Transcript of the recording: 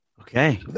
Okay